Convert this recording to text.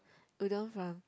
udon from